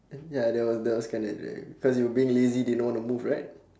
ya that was that was kinda cause you were being lazy didn't want to move right